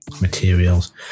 materials